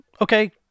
okay